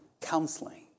counseling